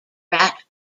rat